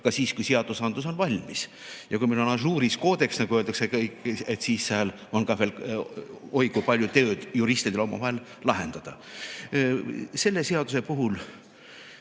ka siis, kui seadusandlus on valmis. Ja et kui meil on ažuuris koodeks, nagu öeldakse, siis seal on veel oi kui palju juristidel omavahel lahendada. Selle seaduse puhul